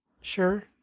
Sure